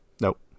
Nope